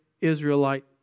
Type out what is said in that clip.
Israelite